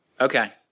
Okay